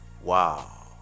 Wow